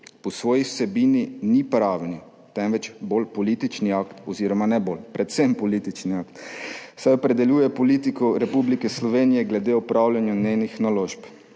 Po svoji vsebini ni pravni, temveč bolj politični akt oziroma ne bolj, predvsem politični akt, saj opredeljuje politiko Republike Slovenije glede upravljanja njenih naložb.